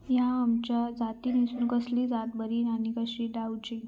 हया आम्याच्या जातीनिसून कसली जात बरी आनी कशी लाऊची?